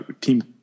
Team